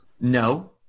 No